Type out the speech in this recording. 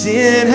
Sin